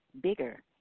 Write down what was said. bigger